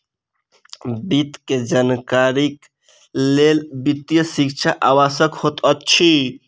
वित्त के जानकारीक लेल वित्तीय शिक्षा आवश्यक होइत अछि